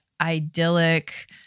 idyllic